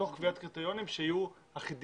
תוך קביעת קריטריונים שיהיו אחידים